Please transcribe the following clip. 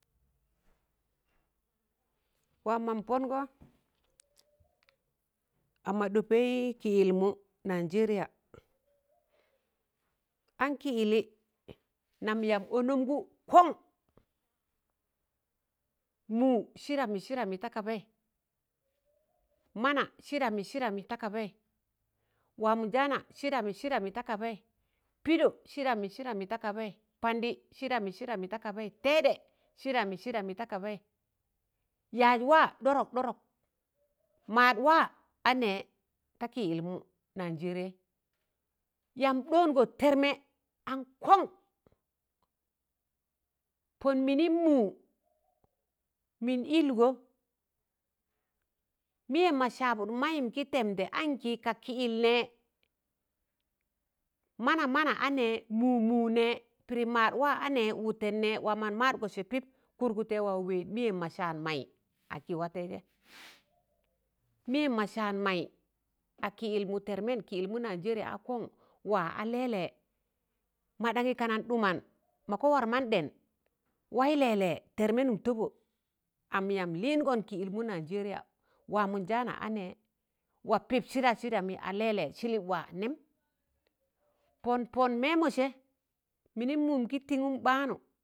Waam man pọngọ a ma ɗọpẹị kịyịlmụ Naijẹriya, an kịyịlị nam yamb ọnọmgụ, mụ kọṇ mụụ sịdamị sadamị ta kabaị, mana sịdamị sịdamị ta kabaị, waamụ njaana sịdamị sịdamị ta kabaị, pịdọ sịdamị sịdamị ta kabaị, pandị sịdamị sịdamị ta kabaị, tẹẹdẹ sịdamị sịdamị ta kabaị, yaaz waa ɗọdọk ɗọdọk, maad waa a nẹẹ ta kịyịlmụ Naijẹriyai, yamb ɗọọngọ tẹrmẹ, an kọṇ, pọn mịnịm mụụ, mịn ịlgọ, mịyẹm ma saabụd mayịm gi tẹmdẹ, ankị ka kịyịl nẹẹ, mana mana a nẹẹ, mụụ mụụ nẹẹ pịdị maad waa a nẹẹ, wụtẹn nẹẹ. Waam man maadgọ jẹ pịp a nẹẹ, kụrgụtẹ wa wẹẹj mịyẹm ma saan maị akị waa taịjẹ, mịyẹm ma saan maị a kị yịlmụ tẹrmẹn kịyịlmụ Naijẹriya a kọṇ waa a lẹẹlẹ madaṇyị kanan dụman makọ war man dẹn wai lẹẹlẹ tẹrmẹnụm tọbọ am yam lịịngọn kịyịlmụ Naijẹriya waamụnjaana a nẹẹ wa pịp sịda- sịdamị a lẹẹlẹ sịlịp wa nẹm pọn, pọn mẹẹmọ sẹ mịnịm mụụm kị tịnụm ɓaanụ.